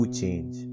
change